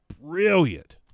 brilliant